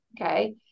Okay